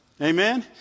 Amen